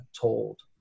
told